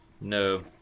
no